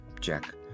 Jack